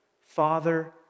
Father